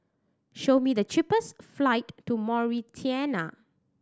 show me the cheapest flight to Mauritania